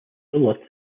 duluth